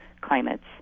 climates